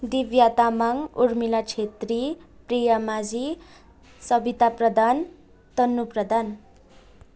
Divya Tamang Urmila Chhetri Priya Majhi Sabita Pradhan Tannu Pradhan